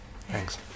Thanks